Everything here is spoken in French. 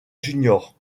juniors